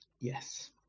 Yes